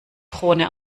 krone